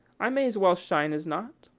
i may as well shine as not.